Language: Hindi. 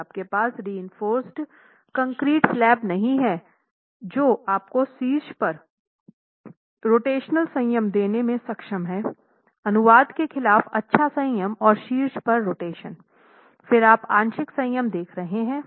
यदि आपके पास रीइनफ़ोर्स कंक्रीट स्लैब नहीं है जो आपको शीर्ष पर रोटेशनल संयम देने में सक्षम है अनुवाद के खिलाफ अच्छा संयम और शीर्ष पर रोटेशन फिर आप आंशिक संयम देख रहे हैं